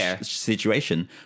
situation